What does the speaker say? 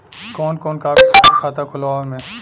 कवन कवन कागज चाही खाता खोलवावे मै?